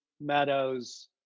meadows